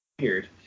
weird